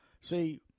See